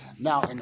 Now